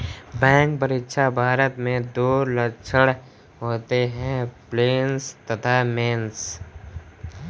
bank परीक्षा, भारत में दो चरण होते हैं प्रीलिम्स तथा मेंस